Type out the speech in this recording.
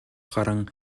гаран